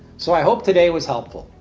so i hope today was helpful.